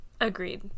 Agreed